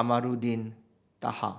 Amarluding Daha